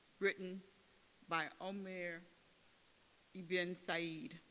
written by omar ibn said,